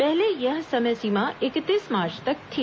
पहले यह समय सीमा इकतीस मार्च तक थी